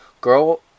Girl